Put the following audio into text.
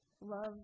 love